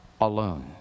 alone